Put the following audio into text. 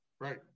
Right